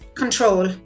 control